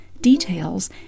details